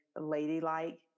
ladylike